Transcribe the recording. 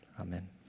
Amen